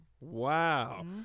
Wow